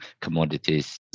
commodities